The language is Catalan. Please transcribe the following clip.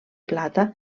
plata